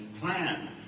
plan